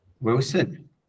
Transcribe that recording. Wilson